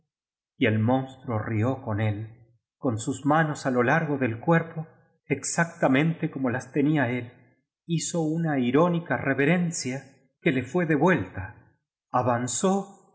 y el monstruo rió con él con sus manos á lo largo del cuerpo exactanfente como las tenía él hizo una irónica reverencia que le fue devuelta avanzó y